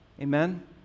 Amen